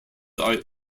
are